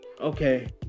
okay